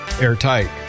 airtight